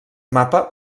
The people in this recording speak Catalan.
mapa